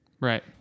right